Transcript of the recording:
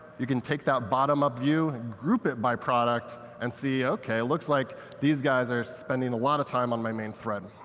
you can take that bottom-up view, group it by product, and see ok, looks like these guys are spending a lot of time on my main thread.